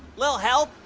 little help?